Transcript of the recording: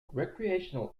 recreational